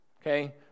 okay